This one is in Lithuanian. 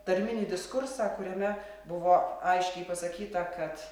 tarminį diskursą kuriame buvo aiškiai pasakyta kad